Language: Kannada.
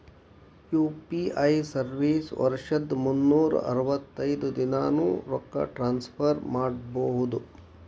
ಯು.ಪಿ.ಐ ಸರ್ವಿಸ್ ವರ್ಷದ್ ಮುನ್ನೂರ್ ಅರವತ್ತೈದ ದಿನಾನೂ ರೊಕ್ಕ ಟ್ರಾನ್ಸ್ಫರ್ ಮಾಡ್ಬಹುದು